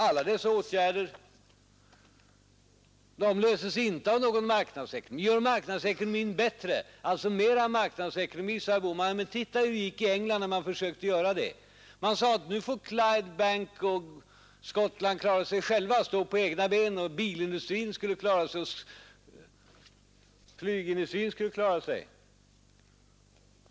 Alla dessa problem löses inte av någon marknadsekonomi. Vi gör marknadsekonomin bättre och använder alltså mer marknadsekonomi, säger herr Bohman. Men se hur det gick i England när man försökte göra det! Man sade att nu får Clyde Bank of Scotland klara sig själv och stå på egna ben. Bilindustrin och flygindustrin skulle klara sig.